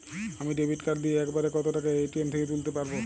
আমি debit card দিয়ে এক বারে কত টাকা এ.টি.এম থেকে তুলতে পারবো?